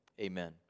amen